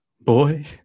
boy